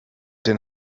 den